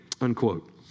unquote